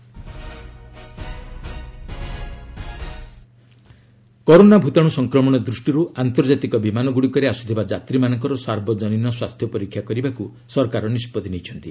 Harshvardhan corona corona ଭୂତାଣୁ ସଂକ୍ରମଣ ଦୃଷ୍ଟିରୁ ଆନ୍ତର୍ଜାତିକ ବିମାନଗୁଡ଼ିକରେ ଆସୁଥିବା ଯାତ୍ରୀମାନଙ୍କର ସାର୍ବଜନୀନ ସ୍ୱାସ୍ଥ୍ୟ ପରୀକ୍ଷା କରିବାକୁ ସରକାର ନିଷ୍ପଭି ନେଇଛନ୍ତି